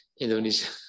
Indonesia